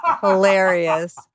Hilarious